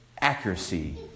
accuracy